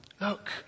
Look